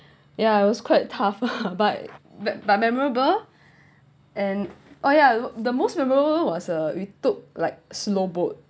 ya it was quite tough ah but but memorable and oh ya the most memorable was uh we took like slow boat